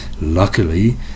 Luckily